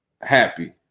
happy